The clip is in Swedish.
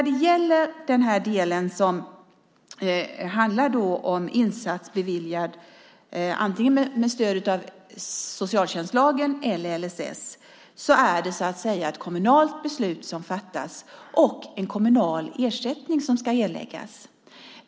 En insats som är beviljad med stöd av socialtjänstlagen eller LSS är ett kommunalt beslut och det är en kommunal ersättning som ska erläggas.